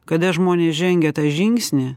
kada žmonės žengia tą žingsnį